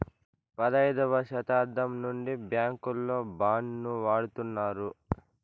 పదైదవ శతాబ్దం నుండి బ్యాంకుల్లో బాండ్ ను వాడుతున్నారు